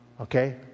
okay